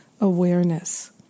awareness